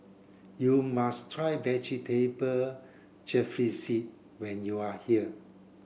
you must try Vegetable Jalfrezi when you are here